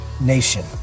nation